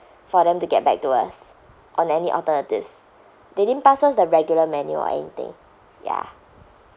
for them to get back to us on any alternatives they didn't pass us the regular menu or anything ya